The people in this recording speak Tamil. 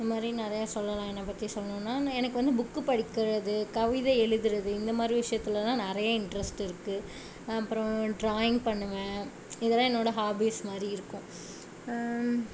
இது மாதிரி நிறையா சொல்லலாம் என்னை பற்றி சொல்லணுன்னா எனக்கு வந்து புக்கு படிக்கிறது கவிதை எழுதுவது இந்த மாதிரி விஷயத்துலலாம் நிறைய இன்ட்ரெஸ்ட் இருக்குது அப்புறம் ட்ராயிங் பண்ணுவேன் இதெல்லாம் என்னோட ஹாபீஸ் மாதிரி இருக்கும்